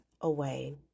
away